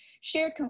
shared